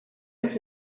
los